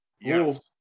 Yes